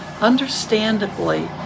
Understandably